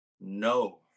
No